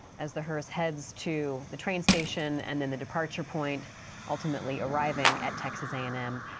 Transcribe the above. as the hearse heads to the train station and and the departure point ultimately arriving at texas a and m.